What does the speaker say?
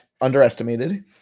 underestimated